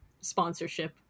sponsorship